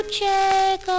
check